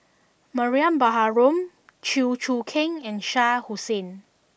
Mariam Baharom Chew Choo Keng and Shah Hussain